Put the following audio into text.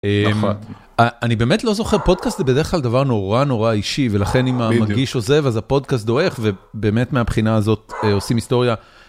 אחת, אני באמת לא זוכר, פודקאסט זה בדרך כלל דבר נורא נורא אישי ולכן אם המגיש עוזב אז הפודקאסט דועך ובאמת מהבחינה הזאת עושים היסטוריה.